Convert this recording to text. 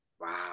Wow